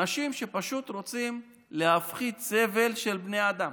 אנשים שפשוט רוצים להפחית סבל של בני אדם.